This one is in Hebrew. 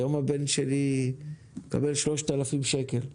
היום הבן שלי מקבל 3,000 שקלים.